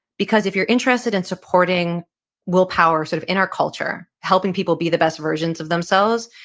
because if you're interested in supporting willpower sort of in our culture, helping people be the best versions of themselves,